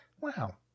Wow